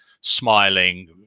smiling